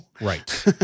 Right